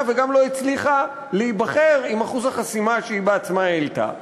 וגם לא הצליחה להיבחר עם אחוז החסימה שהיא בעצמה העלתה.